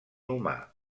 humà